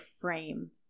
frame